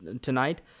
tonight